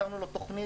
התאמנו לו תכנית,